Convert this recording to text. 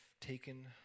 taken